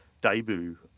debut